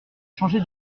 changé